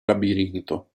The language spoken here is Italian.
labirinto